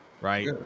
right